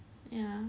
ya